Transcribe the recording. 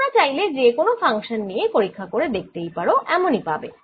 তোমরা চাইলে যে কোন ফাংশান নিয়ে পরীক্ষা করে দেখতেই পারো এমনই পাবে